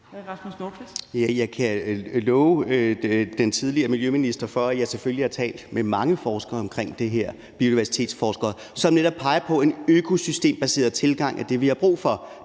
jeg kan love den tidligere miljøminister for, at jeg selvfølgelig har talt med mange biodiversitetsforskere omkring det her; forskere, som netop peger på, at det, vi har brug for,